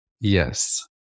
Yes